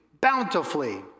bountifully